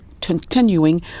continuing